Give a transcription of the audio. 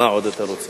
הנושא עובר להכנה